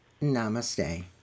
Namaste